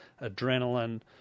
adrenaline